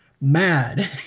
mad